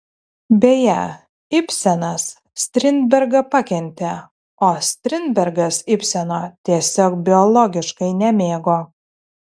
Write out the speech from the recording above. beje ibsenas strindbergą pakentė o strindbergas ibseno tiesiog biologiškai nemėgo